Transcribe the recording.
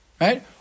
right